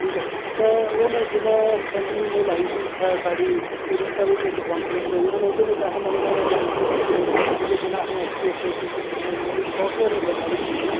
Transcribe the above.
ठीक ऐ ते हून जि'यां में रिसेंटली लाई ही में इत्थें साढ़ी उड़ीसा बिच इक्क कांफ्रैंस होई ते ओह्दे बिच में नमें नमें एनालिसिस सिक्खने ठीक ऐ जि'यां असें आईसीपीएस सिक्खना एह् इक्क सॉफ्टवेयर होंदा साढ़ी फील्ड बिच